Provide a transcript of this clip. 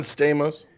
Stamos